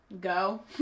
go